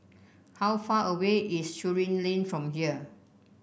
how far away is Surin Lane from here